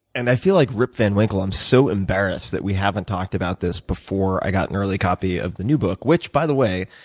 and i feel like rip van winkle. i'm so embarrassed that we haven't about this before i got an early copy of the new book which, by the way,